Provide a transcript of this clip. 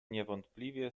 niewątpliwie